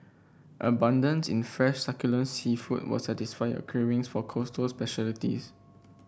abundance in fresh succulent seafood will satisfy your cravings for coastal specialities